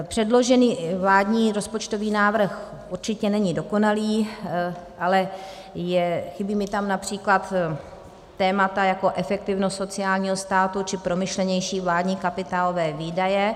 Předložený vládní rozpočtový návrh určitě není dokonalý, ale chybí mi tam například témata jako efektivnost sociálního státu či promyšlenější vládní kapitálové výdaje.